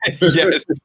Yes